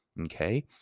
Okay